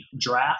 draft